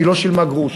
היא לא שילמה גרוש.